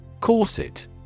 Corset